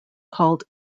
called